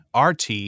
RT